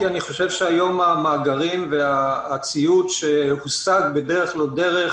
כי אני חושב שהיום המאגרים והציוד שהושג בדרך לא דרך